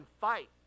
fight